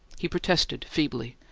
he protested feebly.